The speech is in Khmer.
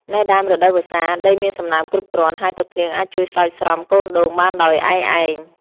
នៅដើមរដូវវស្សា ដីមានសំណើមគ្រប់គ្រាន់ ហើយទឹកភ្លៀងអាចជួយស្រោចស្រពកូនដូងបានដោយឯកឯង។